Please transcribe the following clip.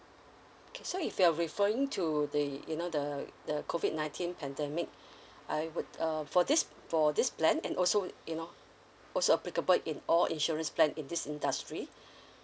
kay~ so if you are referring to the you know the the COVID nineteen pandemic I would err for this for this plan and also you know also applicable in all insurance plan in this industry